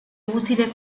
utile